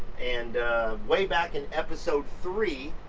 and way back in episode three,